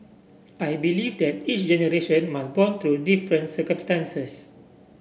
I believe that each generation must bond through different circumstances